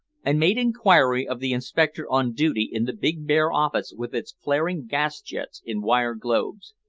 and made inquiry of the inspector on duty in the big bare office with its flaring gas-jets in wire globes.